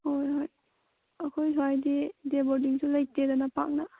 ꯍꯣꯏ ꯍꯣꯏ ꯑꯩꯈꯣꯏ ꯁ꯭ꯋꯥꯏꯗꯤ ꯗꯦ ꯕꯣꯔꯗꯤꯡꯁꯨ ꯂꯩꯇꯦꯗꯅ ꯄꯥꯛꯅ